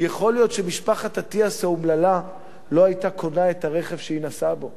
יכול להיות שמשפחת אטיאס האומללה לא היתה קונה את הרכב שהיא נסעה בו.